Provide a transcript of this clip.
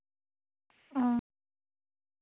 ᱚ ᱻ